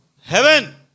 heaven